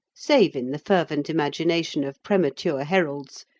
save in the fervent imagination of premature heralds,